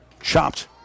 chopped